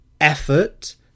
effort